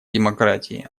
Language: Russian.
демократии